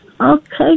Okay